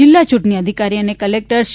જિલ્લા ચૂંટણી અધિકારી અને કલેક્ટર સી